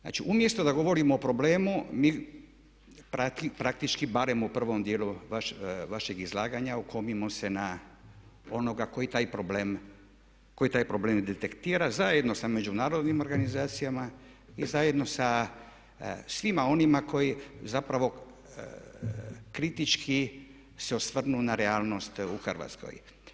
Znači, umjesto da govorimo o problemu, mi praktički barem u prvom djelu vašeg izlaganja okomimo se na onoga koji taj problem detektira zajedno sa međunarodnim organizacijama i zajedno sa svima onima koji zapravo kritički se osvrnu na realnost u Hrvatskoj.